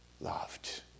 loved